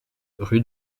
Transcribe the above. rue